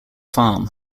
farm